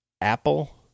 Apple